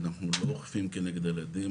אנחנו לא אוכפים כנגד הילדים,